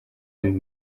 and